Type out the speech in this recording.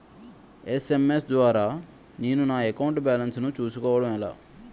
SMS ద్వారా నేను నా అకౌంట్ బాలన్స్ చూసుకోవడం ఎలా?